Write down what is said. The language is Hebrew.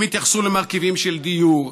הם התייחסו למרכיבים של דיור,